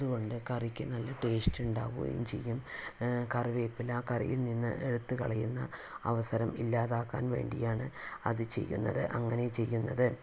അതുകൊണ്ട് കറിയ്ക്ക് നല്ല ടേസ്റ്റ് ഉണ്ടാവുകയും ചെയ്യും കറിവേപ്പില കറിയിൽ നിന്ന് എടുത്തു കളയുന്ന അവസരം ഇല്ലാതാക്കാൻ വേണ്ടിയാണ് അതു ചെയ്യുന്നത് അങ്ങനെ ചെയ്യുന്നത്